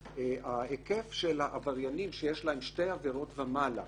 היקף העבריינים שיש להם שתי עבירות ומעלה